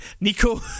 Nico